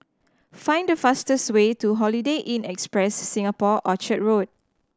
find the fastest way to Holiday Inn Express Singapore Orchard Road